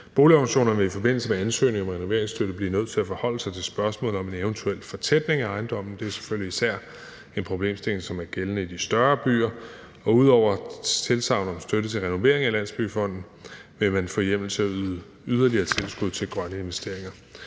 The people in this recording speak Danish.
Boligorganisationerne vil i forbindelse med ansøgning om renoveringsstøtte blive nødt til at forholde sig til spørgsmålet om en eventuel fortætning af ejendommen. Det er selvfølgelig især en problemstilling, som er gældende i de større byer. Ud over tilsagn om støtte til renovering af Landsbyggefonden vil man få hjemmel til at yde yderligere tilskud til grønne investeringer.